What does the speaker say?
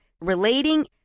relating